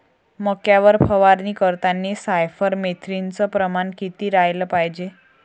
मक्यावर फवारनी करतांनी सायफर मेथ्रीनचं प्रमान किती रायलं पायजे?